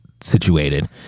situated